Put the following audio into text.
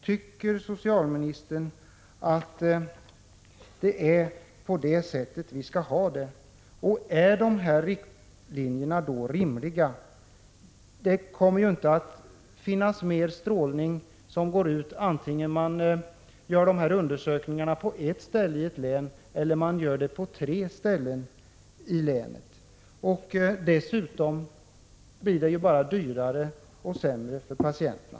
Tycker socialministern att vi skall ha det på detta sätt, och är riktlinjerna rimliga? Strålningen kommer att vara densamma vare sig man gör undersökningarna på ett ställe i ett län eller på tre ställen i länet. En centralisering blir dessutom dyrare och sämre för patienterna.